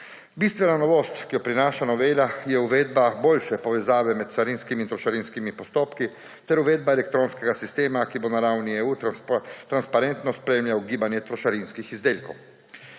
Bistvena novost, ki jo prinaša novela, je uvedba boljše povezave med carinskimi in trošarinskimi postopki ter uvedba elektronskega sistema, ki bo na ravni EU transparentno spremljal gibanje trošarinskih izdelkov.